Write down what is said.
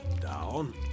Down